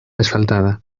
asfaltada